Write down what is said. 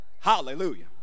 Hallelujah